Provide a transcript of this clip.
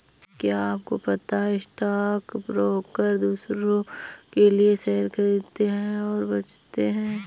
क्या आपको पता है स्टॉक ब्रोकर दुसरो के लिए शेयर खरीदते और बेचते है?